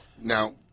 Now